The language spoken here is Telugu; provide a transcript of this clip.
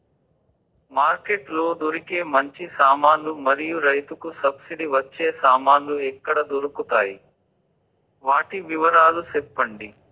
మార్కెట్ లో దొరికే మంచి సామాన్లు మరియు రైతుకు సబ్సిడి వచ్చే సామాన్లు ఎక్కడ దొరుకుతాయి? వాటి వివరాలు సెప్పండి?